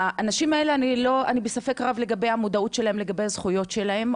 אני בספק רב לגבי המודעות של האנשים שלהם לגבי הזכויות שלהם,